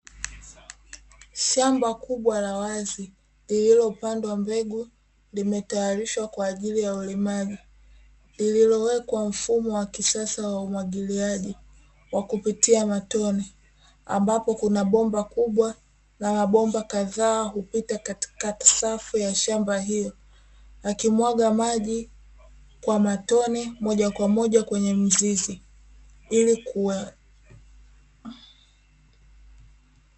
Shamba kubwa la wazi lililopandwa mbegu limetayarishwa kwa ajili ya ulimaji lililowekwa mfumo wa kisasa wa umwagiliaji wa kupitia matone, ambapo kuna bomba kubwa la mabomba kadhaa hupita katikati safu ya shamba hiyo akimwaga maji kwa matone moja kwa moja kwenye mizizi ili kuwa.